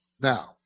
Now